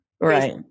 Right